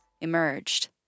emerged